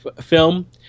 film